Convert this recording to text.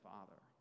Father